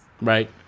right